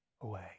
away